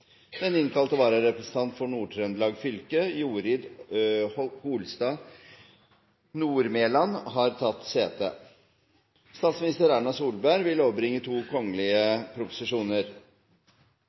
Den innkalte vararepresentant for Nord-Trøndelag fylke, Jorid Holstad Nordmelan, har tatt sete.